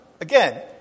Again